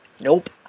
Nope